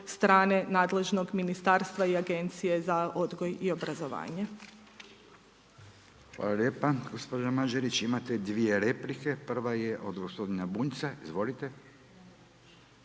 strane nadležnog ministarstva i Agencije za odgoj i obrazovanje. **Radin, Furio (Nezavisni)** Hvala lijepa gospođo Mađarić. Imate dvije replike. Prva je od gospodina Bunjca. Izvolite.